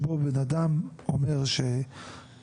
יש לו עובדת אחת הוא זכאי לשתיים.